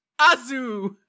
Azu